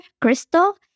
Crystal